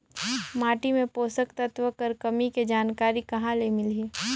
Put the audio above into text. माटी मे पोषक तत्व कर कमी के जानकारी कहां ले मिलही?